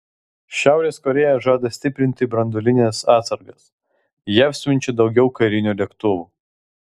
šiaurės korėja žada stiprinti branduolines atsargas jav siunčia daugiau karinių lėktuvų